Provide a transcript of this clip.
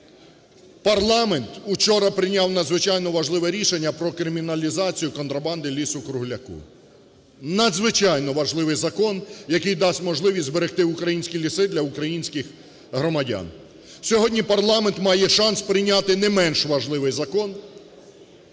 Парламент учора прийняв надзвичайно важливе рішення про криміналізацію контрабанди лісу-кругляку. Надзвичайно важливий закон, який дасть можливість зберегти українські ліси для українських громадян. Сьогодні парламент має шанс прийняти не менш важливий закон